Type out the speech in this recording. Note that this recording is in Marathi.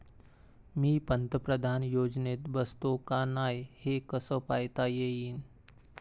मी पंतप्रधान योजनेत बसतो का नाय, हे कस पायता येईन?